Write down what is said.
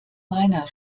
meiner